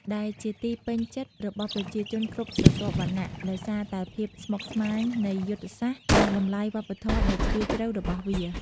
ដែលជាទីពេញចិត្តរបស់ប្រជាជនគ្រប់ស្រទាប់វណ្ណៈ ដោយសារតែភាពស្មុគស្មាញនៃយុទ្ធសាស្ត្រ និងតម្លៃវប្បធម៌ដ៏ជ្រាលជ្រៅរបស់វា។